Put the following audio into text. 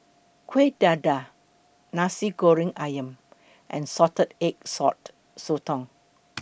Kueh Dadar Nasi Goreng Ayam and Salted Egg Yolk Sotong